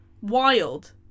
Wild